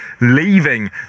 leaving